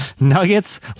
Nuggets